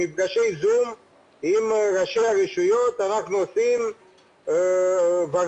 מפגשי זום עם ראשי הרשויות אנחנו עושים והרבה.